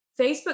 Facebook